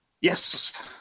Yes